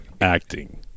Acting